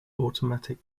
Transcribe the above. automatic